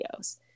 videos